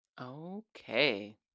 Okay